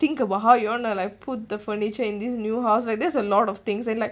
think about how you wanna like put the furniture in this new house like that's a lot of things and like